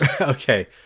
Okay